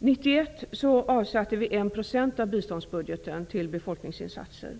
1991 avsatte vi 1 % av biståndsbudgeten till befolkningsinsatser.